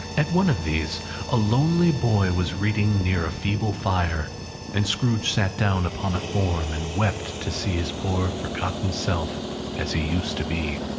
at one of these a lonely boy was reading near a feeble fire and scrooge sat down upon a form, and wept to see his poor forgotten self as he used to be.